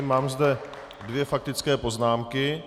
Mám zde dvě faktické poznámky.